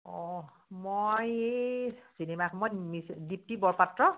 অঁ মই এই চিনেমা সময়ত মিচ দীপ্তি বৰপাত্ৰ